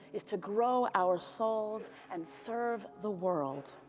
is to grow our souls and serve the world.